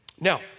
Now